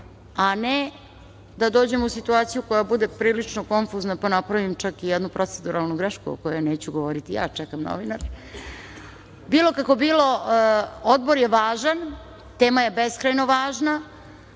a ne da dođemo u situaciju koja bude prilično konfuzna, pa napravim čak i jednu proceduralnu grešku, o kojoj neću govoriti ja, čekam novinare. Bilo kako bilo, odbor je važan, tema je beskrajno važna